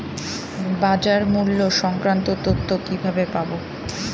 বাজার মূল্য সংক্রান্ত তথ্য কিভাবে পাবো?